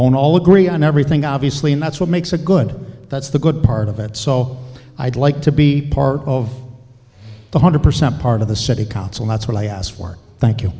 don't all agree on everything obviously and that's what makes a good that's the good part of it so i'd like to be part of the hundred percent part of the city council that's what i asked for thank you